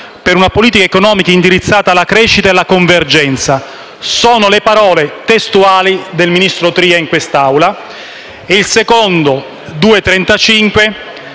per una politica economica indirizzata alla crescita e alla convergenza». Sono le parole testuali del ministro Tria in quest'Aula. L'emendamento 2.35